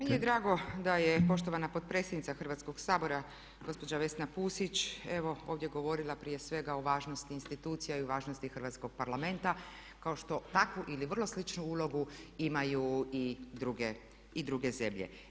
Meni je drago da je poštovana potpredsjednica Hrvatskog sabora gospođa Vesna Pusić evo ovdje govorila prije svega o važnosti institucija i o važnosti hrvatskog Parlamenta kao što takvu ili vrlo sličnu ulogu imaju i druge zemlje.